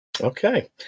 Okay